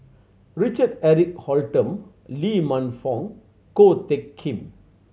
Richard Eric Holttum Lee Man Fong Ko Teck Kin